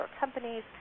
companies